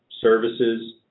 services